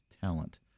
talent